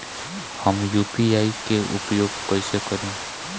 हम यू.पी.आई के उपयोग कइसे करी?